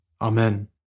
Amen